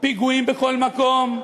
פיגועים בכל מקום,